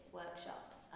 workshops